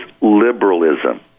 liberalism